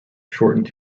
shortened